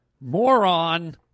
Moron